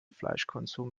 fleischkonsum